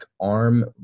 arm